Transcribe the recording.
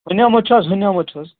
ہُنیٛومُت چھُ حظ ہُنیٛومُت چھُ حظ